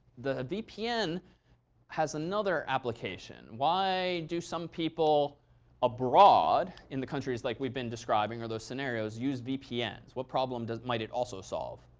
the vpn has another application. why do some people abroad in the countries like we've been describing or the scenarios use vpn? what problem might it also solve?